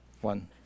one